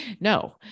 No